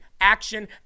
action